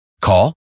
Call